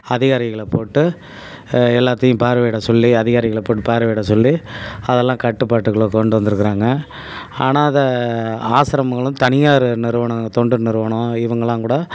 அதிகாரிகளை போட்டு எல்லாத்தையும் பார்வயிட சொல்லி அதிகாரிகளை போட்டு பார்வையிட சொல்லி அதெல்லாம் கட்டுப்பாட்டுக்குள்ளே கொண்டு வந்துருக்கிறாங்க அனாதை ஆசிரமங்களும் தனியார் நிறுவனம் தொண்டு நிறுவனம் இவங்கள்லாம் கூட